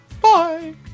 Bye